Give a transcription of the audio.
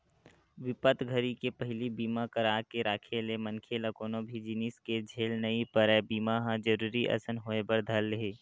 बिपत घरी के पहिली बीमा करा के राखे ले मनखे ल कोनो भी जिनिस के झेल नइ परय बीमा ह जरुरी असन होय बर धर ले